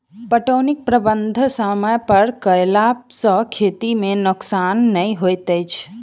पटौनीक प्रबंध समय पर कयला सॅ खेती मे नोकसान नै होइत अछि